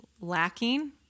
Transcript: lacking